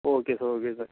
okay sir okay sir